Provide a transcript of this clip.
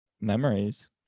memories